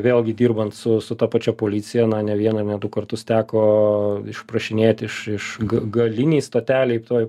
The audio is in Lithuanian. vėlgi dirbant su su ta pačia policija na ne vieną ir ne du kartus teko išprašinėti iš iš galinėj stotelėj toj